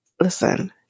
listen